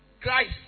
Christ